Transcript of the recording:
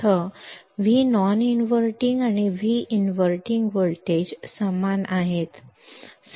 ಏಕೆಂದರೆ ವಿಡಿ 0 ಆಗಿರುತ್ತದೆ ಮತ್ತು ಇದರರ್ಥ Vnon inverting ಮತ್ತು V inverting ವೋಲ್ಟೇಜ್ಗಳು ಒಂದೇ ಆಗಿರುತ್ತವೆ